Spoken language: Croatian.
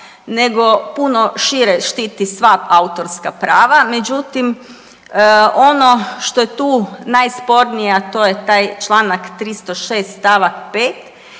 nego puno šire štiti sva autorska prava. Međutim, ono što je tu najspornije, a to je taj Članak 306. stavak 5.,